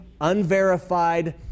unverified